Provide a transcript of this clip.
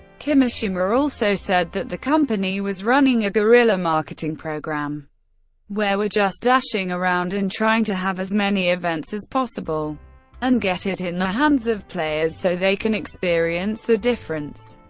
kimishima also said that the company was running a guerrilla marketing program where we're just dashing around and trying to have as many events as possible and get it in the hands of players so they can experience the difference.